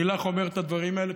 אני לך אומר את הדברים האלה,